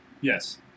Yes